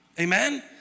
Amen